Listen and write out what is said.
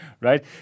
right